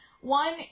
One